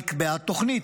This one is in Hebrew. נקבעה תוכנית,